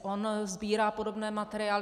On sbírá podobné materiály.